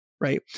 right